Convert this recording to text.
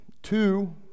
Two